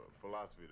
philosophy